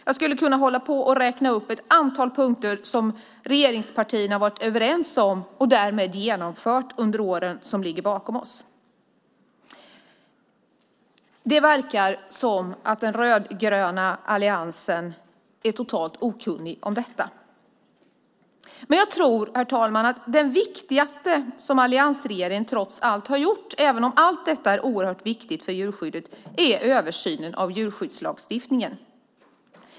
Jag skulle kunna fortsätta räkna upp ett antal punkter som regeringspartierna har varit överens om och därmed genomfört under åren som ligger bakom oss. Det verkar som den rödgröna alliansen är totalt okunnig om detta. Herr talman! Jag tror att det viktigaste alliansregeringen har gjort - även om allt det ovan nämnda är viktigt för djurskyddet - är översynen av djurskyddslagstiftningen.